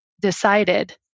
decided